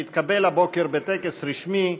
שהתקבל הבוקר בטקס רשמי,